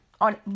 on